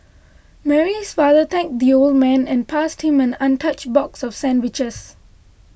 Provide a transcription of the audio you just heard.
Mary's father thanked the old man and passed him an untouched box of sandwiches